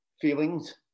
feelings